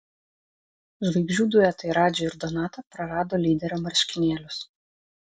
žvaigždžių duetai radži ir donata prarado lyderio marškinėlius